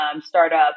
startup